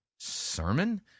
Sermon